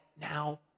now